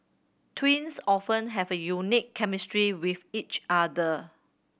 twins often have a unique chemistry with each other